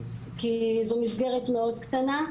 כי זו מסגרת מאוד קטנה,